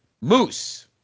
Moose